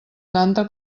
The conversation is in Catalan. tanta